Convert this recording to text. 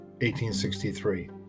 1863